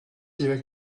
there